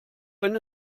wenn